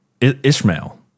Ishmael